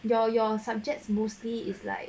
your your subjects mostly is like